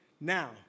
Now